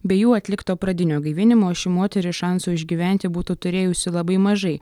be jų atlikto pradinio gaivinimo ši moteris šansų išgyventi būtų turėjusi labai mažai